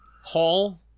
Hall